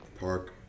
Park